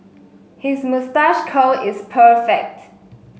his moustache curl is perfect